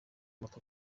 amata